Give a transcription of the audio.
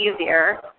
easier